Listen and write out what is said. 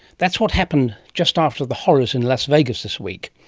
that's what happened just after the horrors in las vegas this week,